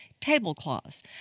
tablecloths